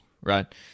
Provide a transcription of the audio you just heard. Right